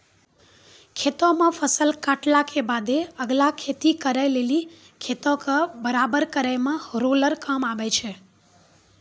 खेतो मे फसल काटला के बादे अगला खेती करे लेली खेतो के बराबर करै मे रोलर काम आबै छै